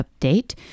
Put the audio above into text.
update